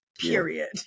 Period